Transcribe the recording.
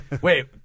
Wait